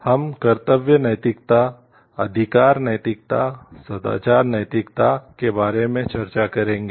अब हम कर्तव्य नैतिकता अधिकार नैतिकता सदाचार नैतिकता के बारे में चर्चा करेंगे